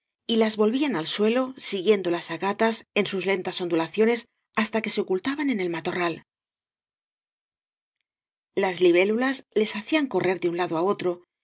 y las volvían al suelo siguiéndolas á gatas en sus lentas ondulaciones hasta que se ocultaban en el matorral las libélulas les hacían correr de un lado á otro